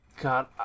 God